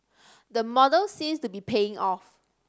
the model seems to be paying off